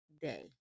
day